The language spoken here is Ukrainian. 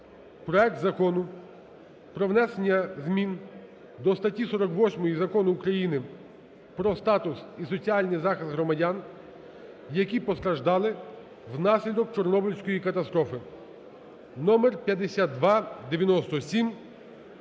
проект Закону про внесення змін до статті 48 Закону України "Про статус і соціальний захист громадян, які постраждали внаслідок Чорнобильської катастрофи" (№5297)